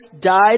died